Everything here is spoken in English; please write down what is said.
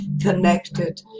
connected